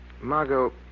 Margot